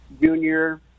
junior